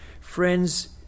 Friends